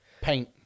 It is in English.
paint